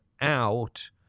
out